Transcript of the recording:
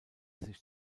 sich